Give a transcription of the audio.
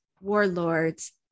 warlords